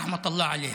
רחמת אללה עליה.